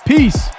Peace